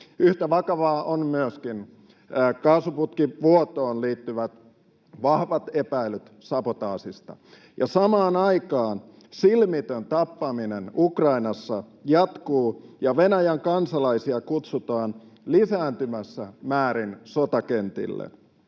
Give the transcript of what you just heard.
Yhtä vakava asia ovat myöskin kaasuputkivuotoon liittyvät vahvat epäilyt sabotaasista, ja samaan aikaan silmitön tappaminen Ukrainassa jatkuu ja Venäjän kansalaisia kutsutaan lisääntyvässä määrin sotakentille.